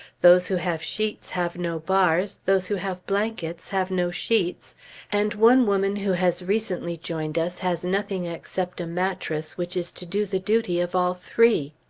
those who have sheets have no bars those who have blankets have no sheets and one woman who has recently joined us has nothing except a mattress which is to do the duty of all three.